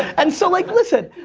and so like, listen.